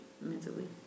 mentally